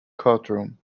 courtroom